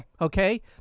Okay